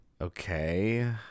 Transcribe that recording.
okay